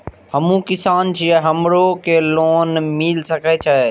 हमू किसान छी हमरो के लोन मिल सके छे?